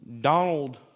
Donald